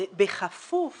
בכפוף